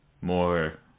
more